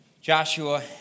Joshua